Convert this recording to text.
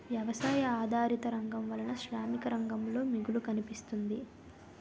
వ్యవసాయ ఆధారిత రంగం వలన శ్రామిక రంగంలో మిగులు కనిపిస్తుంది